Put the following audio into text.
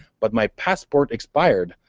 but my passport expired.